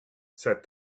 said